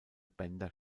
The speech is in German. bänder